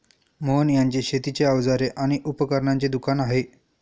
मोहन यांचे शेतीची अवजारे आणि उपकरणांचे दुकान आहे